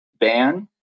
ban